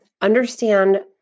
understand